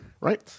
right